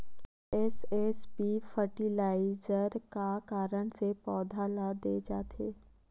SSP fertilizer का कारण से पौधा ल दे जाथे?